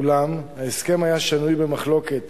אולם ההסכם היה שנוי במחלוקת